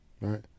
right